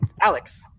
Alex